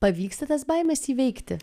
pavyksta tas baimes įveikti